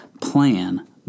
plan